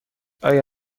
آیا